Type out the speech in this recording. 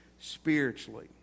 spiritually